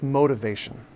motivation